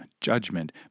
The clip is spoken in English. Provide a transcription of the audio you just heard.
judgment